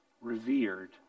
revered